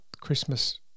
Christmas